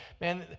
man